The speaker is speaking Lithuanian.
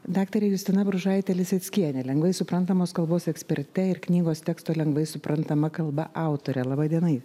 daktarė justina bružaitė liseckienė lengvai suprantamos kalbos eksperte ir knygos teksto lengvai suprantama kalba autorė laba diena